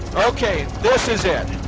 okay, this is it.